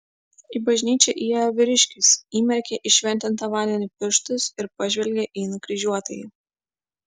į bažnyčią įėjo vyriškis įmerkė į šventintą vandenį pirštus ir pažvelgė į nukryžiuotąjį